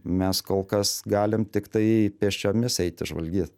mes kol kas galim tiktai pėsčiomis eiti žvalgy